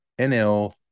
NL